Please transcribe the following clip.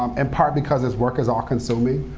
um in part, because this work is all-consuming.